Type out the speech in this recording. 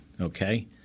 okay